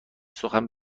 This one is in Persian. سخن